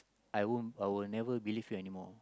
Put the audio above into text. I won't I will never believe you anymore